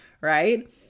right